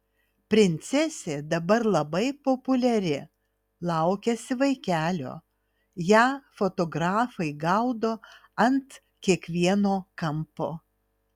princesė dabar labai populiari laukiasi vaikelio ją fotografai gaudo ant kiekvieno kampo